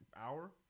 hour